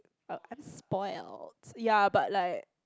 uh I'm spoiled ya but like